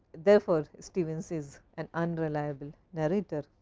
therefore stevens is an unreliable narrator.